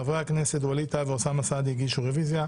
חברי הכנסת ווליד טאהא ואוסאמה הגישו רביזיה.